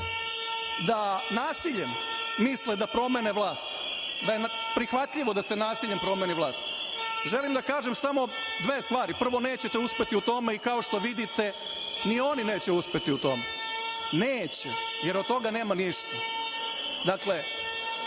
da nasiljem misle da promene vlast, da je prihvatljivo da se nasiljem promeni vlast, želim da kažem samo dve stvari, prvo, nećete uspeti u tome, i kao što vidite, ni oni neće uspeti u tome, neće, jer od toga nema ništa. Dakle,